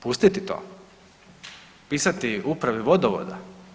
Pustiti to, pisati upravi vodovoda.